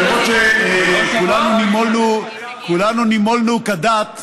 למרות שכולנו נימולנו כדת,